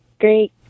great